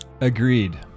Agreed